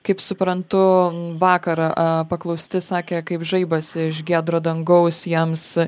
kaip suprantu vakar paklausti sakė kaip žaibas iš giedro dangaus jiems